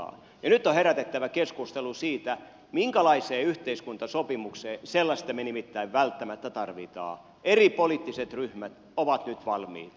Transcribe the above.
nyt on herätettävä keskustelu siitä minkälaiseen yhteiskuntasopimukseen sellaista me nimittäin välttämättä tarvitsemme eri poliittiset ryhmät ovat nyt valmiita